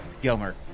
Gilmer